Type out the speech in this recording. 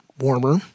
warmer